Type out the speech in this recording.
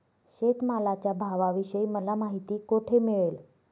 शेतमालाच्या भावाविषयी मला माहिती कोठे मिळेल?